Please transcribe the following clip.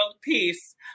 peace